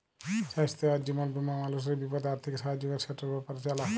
স্বাইস্থ্য আর জীবল বীমা মালুসের বিপদে আথ্থিক সাহায্য ক্যরে, সেটর ব্যাপারে জালা